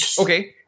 Okay